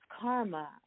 Karma